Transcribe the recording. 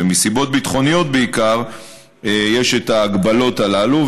ומסיבות ביטחוניות בעיקר יש את ההגבלות הללו.